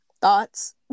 Thoughts